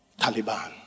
Taliban